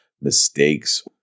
mistakes